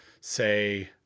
say